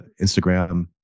Instagram